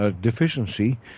deficiency